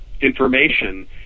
information